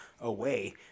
away